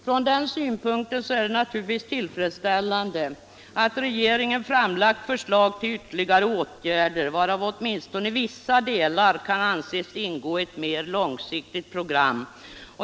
Från den synpunkten är det naturligtvis tillfredsställande att regeringen framlagt förslag till ytterligare åtgärder, varav åtminstone vissa delar kan anses ingå i ett mer långsiktigt program.